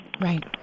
Right